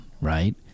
right